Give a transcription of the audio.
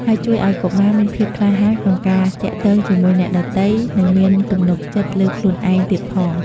ហើយជួយឲ្យកុមារមានភាពក្លាហានក្នុងការទាក់ទងជាមួយអ្នកដទៃ និងមានទំនុកចិត្តលើខ្លួនឯងទៀងផង។